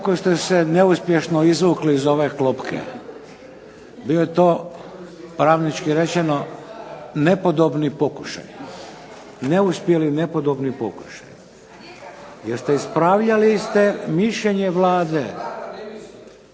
Jako ste se neuspješno izvukli iz ove klopke. Bio je to pravnički rečeno nepodobni pokušaj, neuspjeli nepodobni pokušaj jer ste ispravljali mišljenje Vlade.